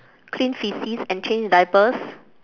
clean faeces and change diapers